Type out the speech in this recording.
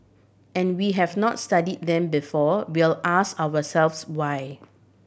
and we have not study them before we'll ask ourselves why